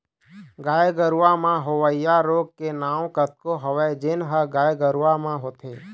गाय गरूवा म होवइया रोग के नांव कतको हवय जेन ह गाय गरुवा म होथे